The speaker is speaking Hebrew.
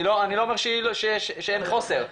אני לא אומר שאין חוסר,